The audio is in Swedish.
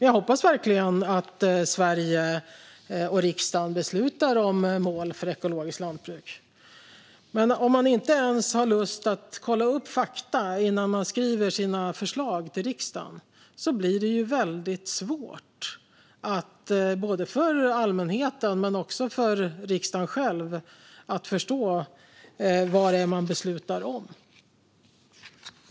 Jag hoppas verkligen att Sveriges riksdag beslutar om mål för ekologiskt lantbruk. Men om man inte ens har lust att kolla upp fakta innan man skriver sina förslag till riksdagen blir det väldigt svårt både för allmänheten och för riksdagen själv att förstå vad det beslutas om.